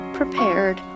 prepared